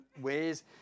ways